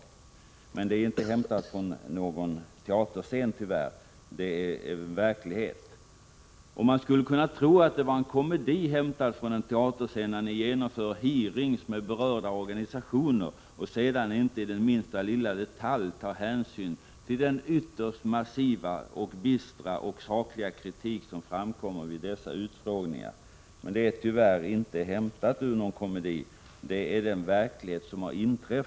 Men det hela är tyvärr inte hämtat från någon teaterscen — det är verklighet. Man skulle kunna tro att det är fråga om en komedi, hämtad från en teaterscen, när ni genomför hearings med företrädare för berörda organisationer och sedan inte i någon enda detalj tar hänsyn till den ytterst massiva, bistra och sakliga kritik som framkommit vid dessa utfrågningar. Men tyvärr rör det sig inte om någon komedi, utan detta är den verklighet som råder.